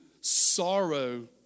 sorrow